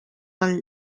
del